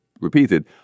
repeated